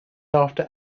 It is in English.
after